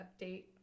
update